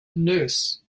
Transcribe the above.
nurse